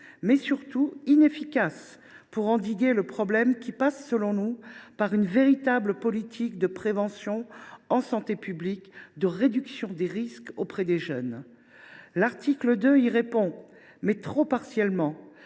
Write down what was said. mais surtout inefficace, pour endiguer un problème dont la résolution passe, selon nous, par une véritable politique de prévention en santé publique et de réduction des risques auprès des jeunes. L’article 2 y pourvoit, mais trop partiellement.